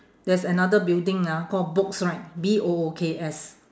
there's another building ah called books right B O O K S